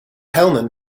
hellman